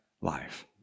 life